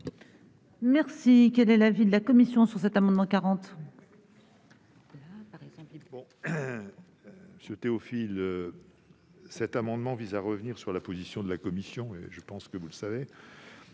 dire ! Quel est l'avis de la commission sur les amendements n